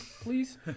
please